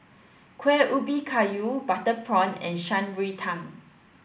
Kueh Ubi Kayu butter prawn and Shan Rui Tang